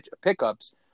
pickups